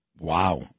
Wow